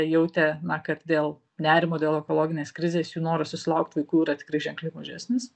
jautė na kad dėl nerimo dėl ekologinės krizės jų noras susilaukt vaikų yra tikrai ženkliai mažesnis